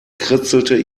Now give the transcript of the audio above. kritzelte